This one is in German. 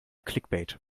clickbait